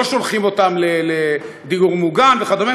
לא שולחים אותם לדיור מוגן וכדומה,